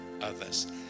others